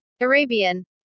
Arabian